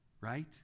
right